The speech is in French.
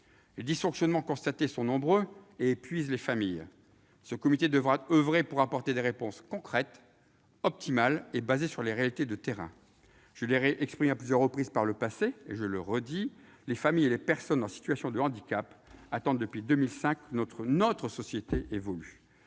Les dysfonctionnements constatés sont nombreux et épuisent les familles. Ce comité devra faire en sorte d'apporter des réponses concrètes, optimales et basées sur les réalités du terrain. Je l'ai exprimé à plusieurs reprises par le passé, et je le redis aujourd'hui : les familles et les personnes en situation de handicap attendent depuis 2005 que notre société évolue